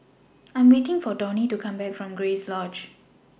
I Am waiting For Donny to Come Back from Grace Lodge